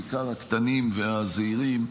בעיקר הקטנים והזעירים,